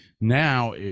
now